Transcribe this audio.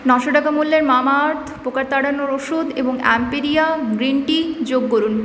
নশো টাকা মূল্যের মামাআর্থ পোকা তাড়ানোর ঔষধ এবং এম্পেরিয়া গ্রীন টি যোগ করুন